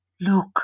Look